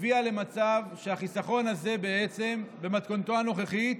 הביאה למצב שהחיסכון הזה בעצם, במתכונתו הנוכחית,